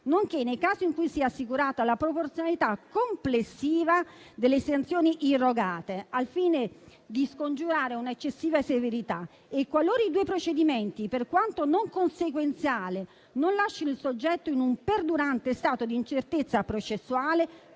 nonché nei casi in cui sia assicurata la proporzionalità complessiva delle sanzioni irrogate, al fine di scongiurare un'eccessiva severità, e qualora i due procedimenti, per quanto non conseguenziali, non lascino il soggetto in un perdurante stato di incertezza processuale,